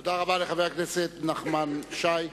תודה לחבר הכנסת נחמן שי,